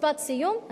משפט סיום.